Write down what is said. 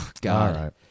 God